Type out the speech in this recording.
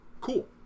Cool